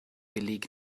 beleg